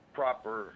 proper